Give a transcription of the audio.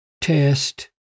test